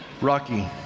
Rocky